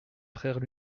frères